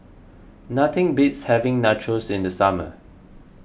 nothing beats having Nachos in the summer